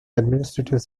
administrative